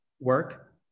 work